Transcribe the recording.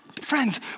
Friends